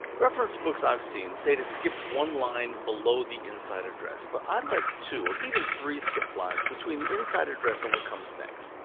reference books i've seen say to skip one line below the inside address, but i like two or even three skipped lines between the inside address and what comes next.